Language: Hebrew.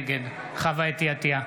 נגד חוה אתי עטייה,